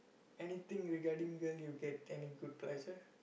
anything regarding girl you get any good pleasure